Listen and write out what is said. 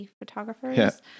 photographers